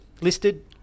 listed